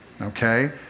okay